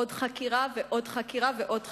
עוד חקירה ועוד חקירה ועוד חקירה,